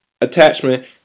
attachment